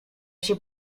się